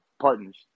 partners